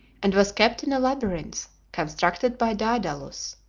and was kept in a labyrinth constructed by daedalus,